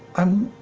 i'm